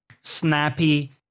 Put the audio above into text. snappy